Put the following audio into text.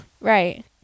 right